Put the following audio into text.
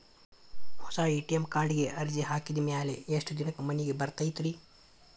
ಹೊಸಾ ಎ.ಟಿ.ಎಂ ಕಾರ್ಡಿಗೆ ಅರ್ಜಿ ಹಾಕಿದ್ ಮ್ಯಾಲೆ ಎಷ್ಟ ದಿನಕ್ಕ್ ಮನಿಗೆ ಬರತೈತ್ರಿ?